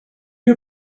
you